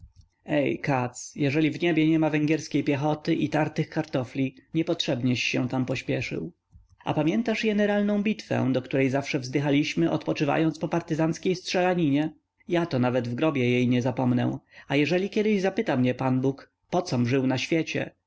katz jeżeli w niebie niema węgierskiej piechoty i tartych kartofli nie potrzebnieś się tam pospieszył a pamiętasz jeneralną bitwę do której zawsze wzdychaliśmy odpoczywając po partyzanckiej strzelaninie ja bo nawet w grobie jej nie zapomnę a jeżeli kiedyś zapyta mnie pan bóg po com żył na świecie